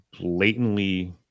blatantly